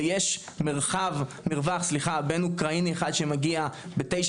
ויש מרווח בין אוקראיני אחד שמגיע בתשע